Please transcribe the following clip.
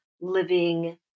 living